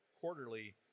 quarterly